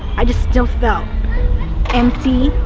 i just still felt empty